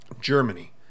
Germany